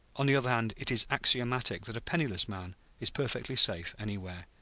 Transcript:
on the other hand, it is axiomatic that a penniless man is perfectly safe anywhere.